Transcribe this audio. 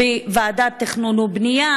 בוועדה לתכנון ובנייה.